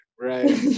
Right